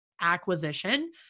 acquisition